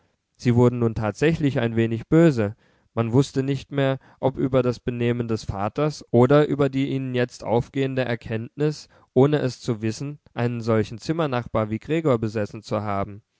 sie wurden nun tatsächlich ein wenig böse man wußte nicht mehr ob über das benehmen des vaters oder über die ihnen jetzt aufgehende erkenntnis ohne es zu wissen einen solchen zimmernachbar wie gregor besessen zu haben